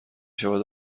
شود